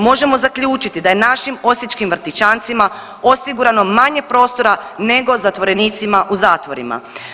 Možemo zaključiti da je našim osječkim vrtićancima osigurano manje prostora nego zatvorenicima u zatvorima.